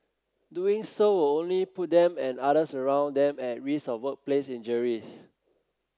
doing so will only put them and others around them at risk of workplace injuries